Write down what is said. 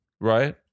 right